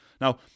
Now